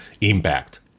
impact